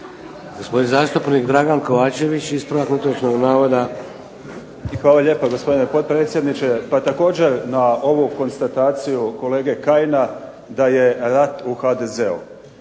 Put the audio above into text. Gospodin zastupnik Dragan Kovačević, ispravak netočnog navoda. **Kovačević, Dragan (HDZ)** I hvala lijepa gospodine potpredsjedniče. Pa također na ovu konstataciju kolege Kajina da je rat u HDZ-u.